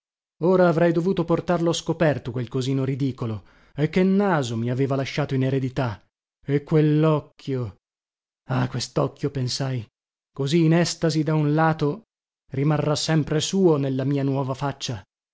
ora avrei dovuto portarlo scoperto quel cosino ridicolo e che naso mi aveva lasciato in eredità e quellocchio ah questocchio pensai così in estasi da un lato rimarrà sempre suo nella mia nuova faccia